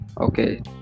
okay